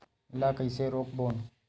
ला कइसे रोक बोन?